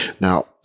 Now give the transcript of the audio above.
Now